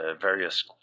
various